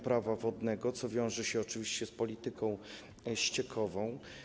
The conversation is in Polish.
Prawa wodnego, co wiąże się oczywiście z polityką ściekową.